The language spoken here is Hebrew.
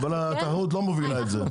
אבל התחרות לא מובילה לזה.